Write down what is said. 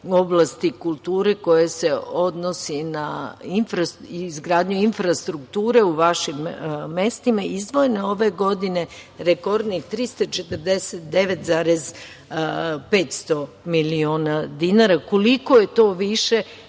oblasti kulture koje se odnose na izgradnju infrastrukture u vašim mestima. Izdvojeno je ove godine rekordnih 349,500 miliona dinara. Koliko je to više